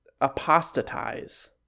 apostatize